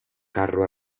carro